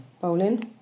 Bowling